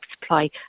supply